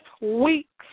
weeks